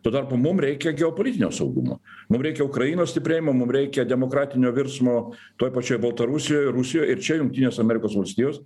tuo tarpu mum reikia geopolitinio saugumo mum reikia ukrainos stiprėjimo mum reikia demokratinio virsmo toj pačioj baltarusijoj rusijoj ir čia jungtinės amerikos valstijos